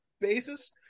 Basis